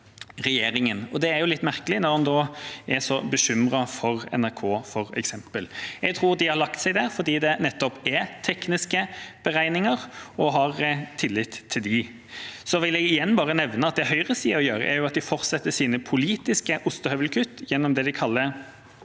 det er jo litt merkelig når en er så bekymret, f.eks. for NRK. Jeg tror de har lagt seg der nettopp fordi det er tekniske beregninger, og har tillit til dem. Jeg vil igjen bare nevne at det høyresiden gjør, er å fortsette sine politiske ostehøvelkutt gjennom det de kaller